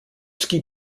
ski